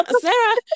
Sarah